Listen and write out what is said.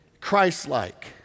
Christ-like